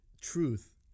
truth